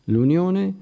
L'unione